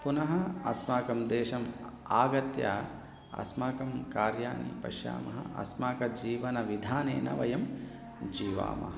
पुनः अस्माकं देशम् आगत्य अस्माकं कार्याणि पश्यामः अस्माकं जीवनविधानेन वयं जीवामः